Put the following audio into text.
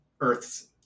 Earth's